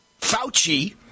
Fauci